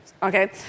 Okay